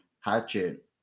Hatchet